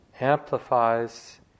amplifies